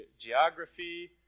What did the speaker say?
geography